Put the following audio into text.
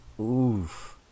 oof